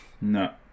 no